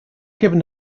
given